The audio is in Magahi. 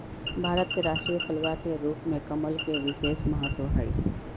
भारत के राष्ट्रीय फूलवा के रूप में कमल के विशेष महत्व हई